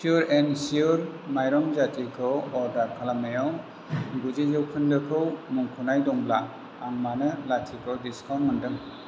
pure and sure माइरं जाथिखौ order खालामनायाव गुजि जौखोन्दोखौ मुंख'नाय दंब्ला आं मानो लाथिख' डिसकाउन्ट मोनदों